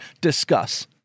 Discuss